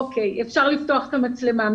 מבחינתי אפשר לפתוח את המצלמה.